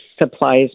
supplies